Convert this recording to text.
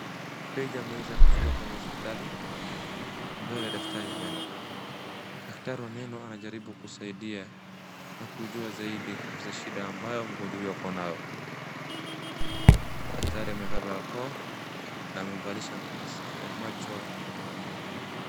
Mteja ameweza kufika kwenye hosiptali, mbele ya daktari wa meno, daktari wa meno anajaribu kusaidia na kujua zaidi kabisa shida ambayo mgonjwa huyu ako nayo. Daktari amevaa barakoa na amemvalisha macho...